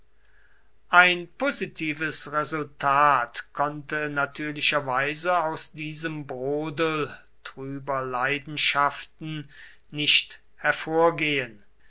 ein positives resultat konnte natürlicherweise aus diesem brodel trüber leidenschaften nicht hervorgehen